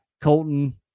Colton